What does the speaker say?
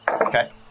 Okay